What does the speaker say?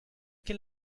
que